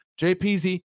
JPZ